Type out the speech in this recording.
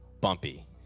bumpy